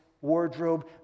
wardrobe